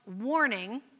warning